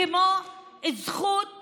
כמו זכות